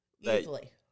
Easily